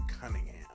Cunningham